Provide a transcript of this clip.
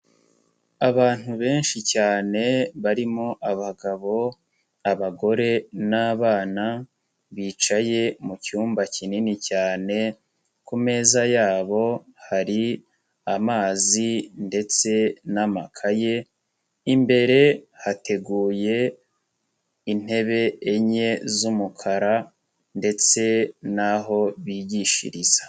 Abantu benshi cyane barimo abagabo, abagore n'abana, bicaye mu cyumba kinini cyane, ku meza yabo hari amazi ndetse n'amakaye, imbere hateguye intebe enye z'umukara ndetse n'aho bigishiriza.